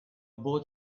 both